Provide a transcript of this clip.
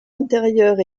intérieures